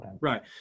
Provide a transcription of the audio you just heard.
Right